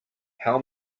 how